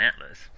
atlas